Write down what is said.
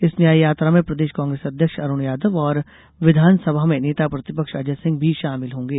इस न्याय यात्रा में प्रदेश कांग्रेस अध्यक्ष अरूण यादव और विघानसभा में नेता प्रतिपक्ष अजय सिंह भी शामिल होंगे